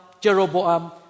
Jeroboam